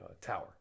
tower